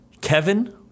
Kevin